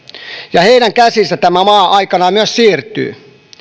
ja heidän käsiinsä tämä maa aikanaan myös siirtyy